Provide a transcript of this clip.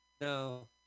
No